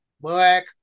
black